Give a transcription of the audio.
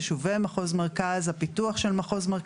יישובי מחוז מרכז, הפיתוח שלו,